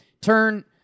Turn